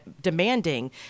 demanding